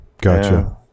Gotcha